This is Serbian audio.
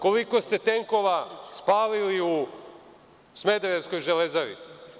Koliko ste tenkova spalili u smederevskoj „Železari“